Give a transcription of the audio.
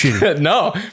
no